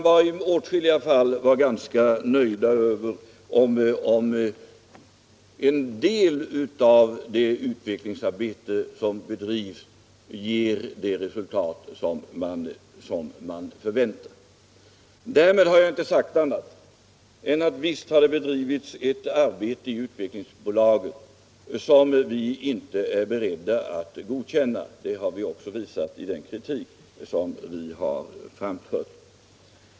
Vi kan vara ganska nöjda om en del av det utvecklingsarbete som bedrivs ger de resultat som förväntas. Därmed har jag inte sagt att vi är beredda att godkänna allt arbete som har bedrivits i Utvecklingsbolaget — det har vi också visat i den kritik som vi har framfört.